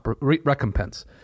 recompense